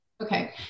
Okay